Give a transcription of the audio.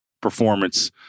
performance